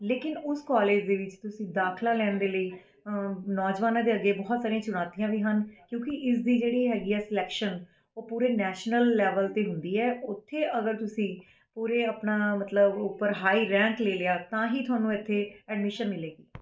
ਲੇਕਿਨ ਉਸ ਕੋਲੇਜ ਦੇ ਵਿੱਚ ਤੁਸੀਂ ਦਾਖਲਾ ਲੈਣ ਦੇ ਲਈ ਨੌਜਵਾਨਾਂ ਦੇ ਅੱਗੇ ਬਹੁਤ ਸਾਰੀਆਂ ਚੁਣੌਤੀਆਂ ਵੀ ਹਨ ਕਿਉਂਕਿ ਇਸਦੀ ਜਿਹੜੀ ਹੈਗੀ ਹੈ ਸਿਲੈਕਸ਼ਨ ਉਹ ਪੂਰੇ ਨੈਸ਼ਨਲ ਲੈਵਲ 'ਤੇ ਹੁੰਦੀ ਹੈ ਉੱਥੇ ਅਗਰ ਤੁਸੀਂ ਪੂਰੇ ਆਪਣਾ ਮਤਲਬ ਉੱਪਰ ਹਾਈ ਰੈਂਕ ਲੈ ਲਿਆ ਤਾਂ ਹੀ ਤੁਹਾਨੂੰ ਇੱਥੇ ਐਡਮੀਸ਼ਨ ਮਿਲੇਗੀ